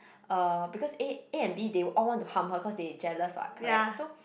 uh because A A and B they all want to harm her cause they jealous what correct so